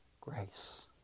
Grace